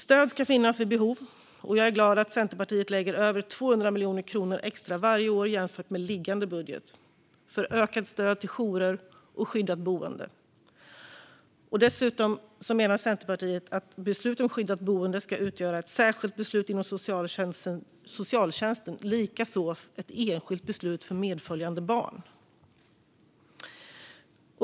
Stöd ska finnas vid behov, och jag är glad att Centerpartiet jämfört med liggande budget lägger över 200 miljoner kronor extra varje år för ökat stöd till jourer och skyddat boende. Dessutom menar Centerpartiet att beslut om skyddat boende ska utgöra ett särskilt beslut inom socialtjänsten, och likaså ett enskilt beslut för medföljande barn.